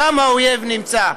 שם האויב נמצא.